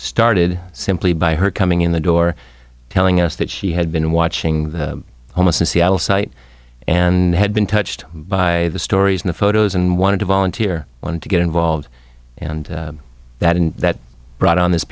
started simply by her coming in the door telling us that she had been watching the almost in seattle site and had been touched by the stories in the photos and wanted to volunteer wanted to get involved and that and that brought on this